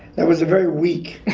that was a very weak,